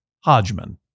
Hodgman